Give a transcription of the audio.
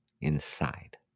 inside